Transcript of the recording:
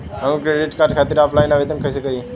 हम credit card खातिर offline आवेदन कइसे करि?